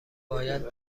باید